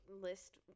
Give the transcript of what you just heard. list